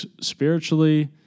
spiritually